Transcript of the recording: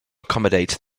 accommodate